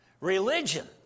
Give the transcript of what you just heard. Religion